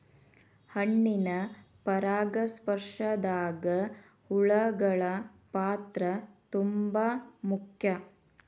ಹಣ್ಣಿನ ಪರಾಗಸ್ಪರ್ಶದಾಗ ಹುಳಗಳ ಪಾತ್ರ ತುಂಬಾ ಮುಖ್ಯ